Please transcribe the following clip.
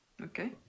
Okay